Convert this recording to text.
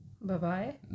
Bye-bye